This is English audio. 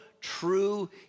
true